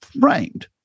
framed